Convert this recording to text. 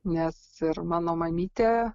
nes ir mano mamytė